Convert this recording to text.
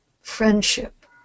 friendship